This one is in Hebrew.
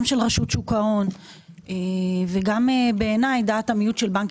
גם של רשות שוק ההון ובעיניי גם דעת המיעוט של בנק